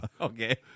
Okay